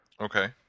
Okay